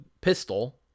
pistol